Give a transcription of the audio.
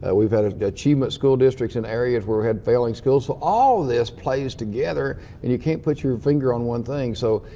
and we've had an achievement school districts in areas where we had failing schools. so all this plays together and you can't put your finger on one thing. so,